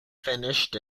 finished